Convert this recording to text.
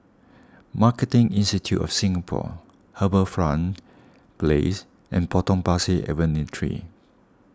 Marketing Institute of Singapore HarbourFront Place and Potong Pasir Avenue three